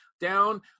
down